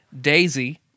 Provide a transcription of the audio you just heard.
daisy